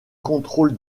contrôle